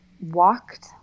walked